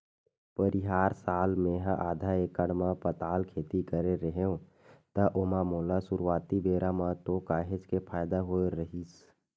परिहार साल मेहा आधा एकड़ म पताल खेती करे रेहेव त ओमा मोला सुरुवाती बेरा म तो काहेच के फायदा होय रहिस